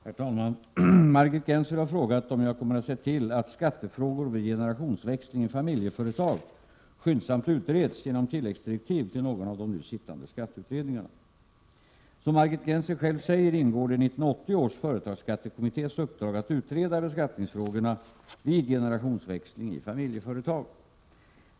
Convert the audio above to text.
Herr talman! Margit Gennser har frågat om jag kommer att se till att skattefrågor vid generationsväxling i familjeföretag skyndsamt utreds genom tilläggsdirektiv till någon av de nu sittande skatteutredningarna. Som Margit Gennser själv säger ingår det i 1980 års företagsskattekommittés uppdrag att utreda beskattningsfrågorna vid generationsväxling i familjeföretag.